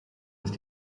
ist